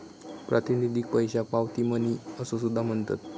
प्रातिनिधिक पैशाक पावती मनी असो सुद्धा म्हणतत